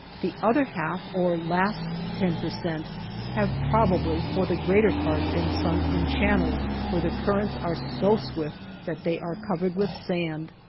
the other half or last ten per cent have probably for the greater part been sunk in channels where the currents are so swift that they are covered with sand,